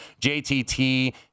JTT